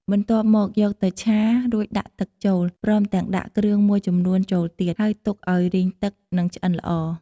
បន្ទាប់មកយកទៅឆា រួចដាក់ទឹកចូល ព្រមទាំងដាក់គ្រឿងមួយចំនួនចូលទៀត ហើយទុកឱ្យរីងទឹកនិងឆ្អិនល្អ។